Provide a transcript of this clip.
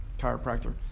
chiropractor